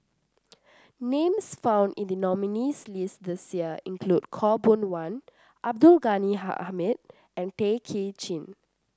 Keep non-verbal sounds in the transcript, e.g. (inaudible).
names found in the nominees' list this year include Khaw Boon Wan Abdul Ghani (unintelligible) Hamid and Tay Kay Chin